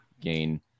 gain